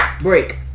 Break